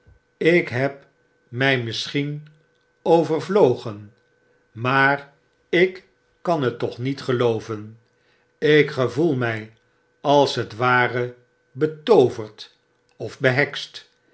ik beb my misschien overvlogen maar ik kan het toch niet gelooven ik gevoel my als het ware betooverd of behekst